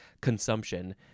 consumption